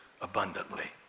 abundantly